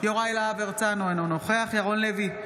יוראי להב הרצנו, אינו נוכח ירון לוי,